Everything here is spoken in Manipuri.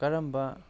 ꯀꯔꯝꯕ